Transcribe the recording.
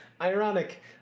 Ironic